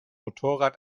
motorrad